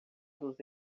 dos